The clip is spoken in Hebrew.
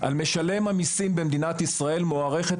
על משלם המסים במדינת ישראל מוערכת